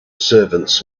servants